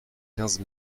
quinze